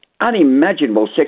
unimaginable